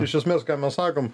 iš esmės ką mes sakom